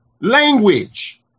language